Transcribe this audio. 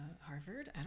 Harvard